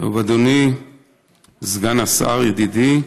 אדוני סגן השר, ידידי,